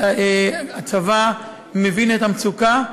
הצבא מבין את המצוקה.